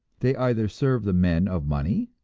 they either serve the men of money,